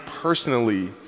personally